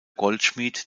goldschmied